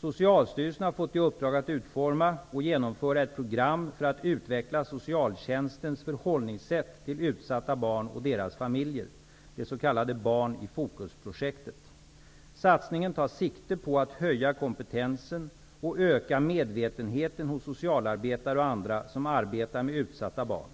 Socialstyrelsen har fått i uppdrag att utforma och genomföra ett program för att utveckla socialtjänstens förhållningssätt till utsatta barn och deras familjer . Satsningen tar sikte på att höja kompetensen och öka medvetenheten hos socialarbetare och andra som arbetar med utsatta barn.